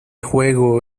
juego